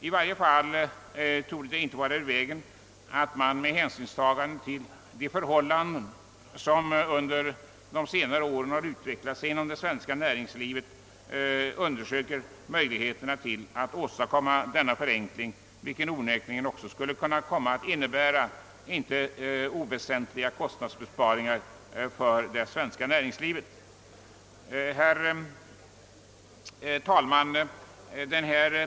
I varje fall torde det inte vara ur vägen att med hänsynstagande till de förhållanden som under de senaste åren uppstått inom det svenska näringslivet undersöka möjligheten att åstadkomma denna förenkling, vilken onekligen också skulle kunna innebära icke oväsentliga kostnadsbesparingar för näringslivet. Herr talman!